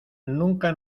nunca